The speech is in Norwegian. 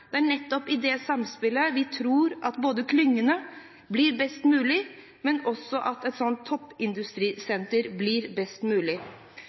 Det er nettopp i det samspillet vi tror at både klyngene og et toppindustrisenter blir best mulig.